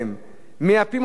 מייפים אותם מבחוץ,